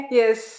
yes